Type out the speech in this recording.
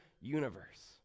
universe